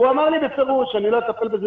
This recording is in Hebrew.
והוא אמר לי בפירוש: אני לא אטפל בזה,